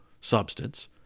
substance